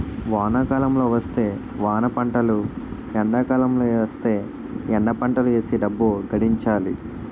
వానాకాలం వస్తే వానపంటలు ఎండాకాలం వస్తేయ్ ఎండపంటలు ఏసీ డబ్బు గడించాలి